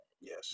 Yes